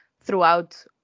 throughout